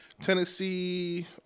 Tennessee